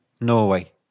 Norway